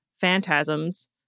phantasms